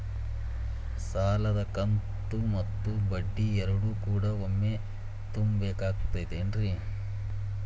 ಸಾಲದ ಕಂತು ಮತ್ತ ಬಡ್ಡಿ ಎರಡು ಕೂಡ ಒಮ್ಮೆ ತುಂಬ ಬೇಕಾಗ್ ತೈತೇನ್ರಿ?